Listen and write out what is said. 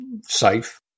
safe